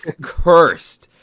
Cursed